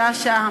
שעה-שעה.